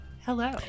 Hello